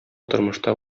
тормышта